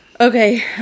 Okay